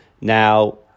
Now